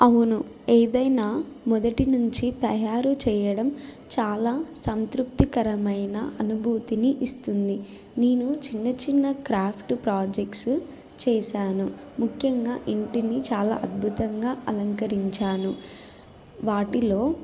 అవును ఏదైనా మొదటి నుంచి తయారు చేయడం చాలా సంతృప్తికరమైన అనుభూతిని ఇస్తుంది నేను చిన్న చిన్న క్రాఫ్ట్ ప్రాజెక్ట్స్ చేశాను ముఖ్యంగా ఇంటిని చాలా అద్భుతంగా అలంకరించాను వాటిలో